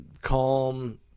calm